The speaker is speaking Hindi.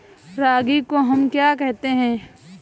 रागी को हम क्या कहते हैं?